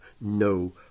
no